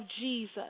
Jesus